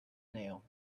nail